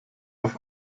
auf